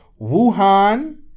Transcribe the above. Wuhan